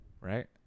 Right